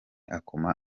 akoma